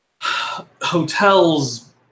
hotels